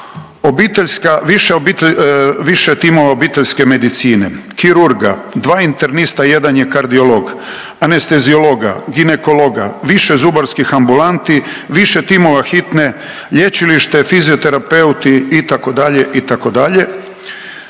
više timova obiteljske medicine kirurga, dva internista jedan je kardiolog, anesteziologa, ginekologa, više zubarskih ambulanti, više timova hitne, lječilište, fizioterapeuti itd. itd.